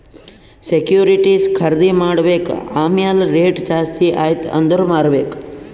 securities ಖರ್ದಿ ಮಾಡ್ಬೇಕ್ ಆಮ್ಯಾಲ್ ರೇಟ್ ಜಾಸ್ತಿ ಆಯ್ತ ಅಂದುರ್ ಮಾರ್ಬೆಕ್